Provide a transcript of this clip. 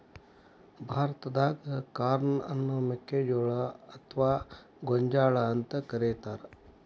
ಭಾರತಾದಾಗ ಕಾರ್ನ್ ಅನ್ನ ಮೆಕ್ಕಿಜೋಳ ಅತ್ವಾ ಗೋಂಜಾಳ ಅಂತ ಕರೇತಾರ